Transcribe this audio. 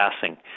passing